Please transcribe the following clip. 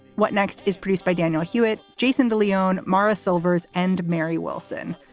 what next is produced by daniel hewitt. jason de leon morris silvers and mary wilson.